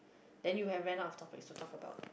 then you have ran out of topics to talk about